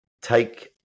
take